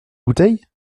bouteille